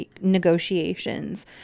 negotiations